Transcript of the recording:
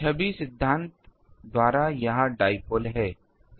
तो छवि सिद्धांत द्वारा यह डाइपोल है